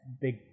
big